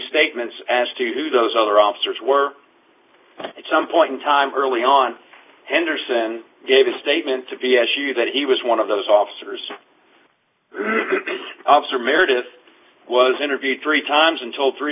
statements as to who those other officers were at some point in time early on henderson gave a statement to b s you that he was one of those officers with was interviewed three times and told three